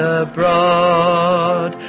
abroad